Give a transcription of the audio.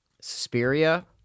Suspiria